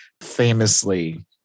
famously